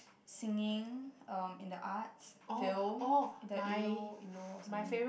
singing um in the arts feel in the elo elo or something